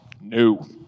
No